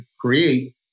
create